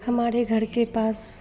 हमारे घर के पास